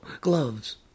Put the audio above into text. gloves